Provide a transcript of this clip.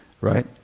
Right